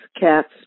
cats